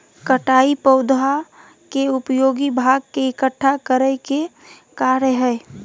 कटाई पौधा के उपयोगी भाग के इकट्ठा करय के कार्य हइ